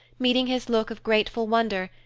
meeting his look of grateful wonder,